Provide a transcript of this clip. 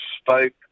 spoke